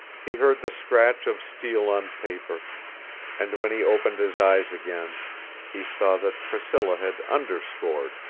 he heard the scratch of steel on paper and when he opened his eyes again he saw that priscilla had underscored,